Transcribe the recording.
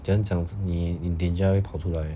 怎样讲是你 in danger 它会跑出来